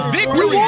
Victory